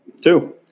Two